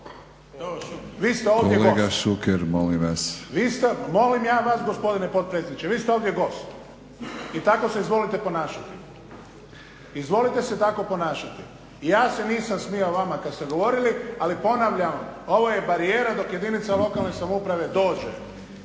vas. **Šuker, Ivan (HDZ)** Molim ja vas gospodine potpredsjedniče, vi ste ovdje gost i tako se izvolite ponašati, izvolite se tako ponašati. Ja se nisam smijao vama kad ste govorili ali ponavljam ovo je barijera dok jedinica lokalne samouprave dođe